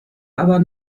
aber